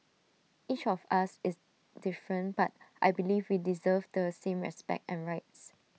each of us is different but I believe we deserve the same respect and rights